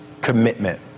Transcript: commitment